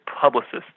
publicists